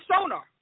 sonar